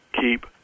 keep